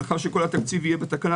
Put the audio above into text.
לאחר שכל התקציב יהיה בתקנה,